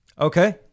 Okay